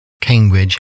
Cambridge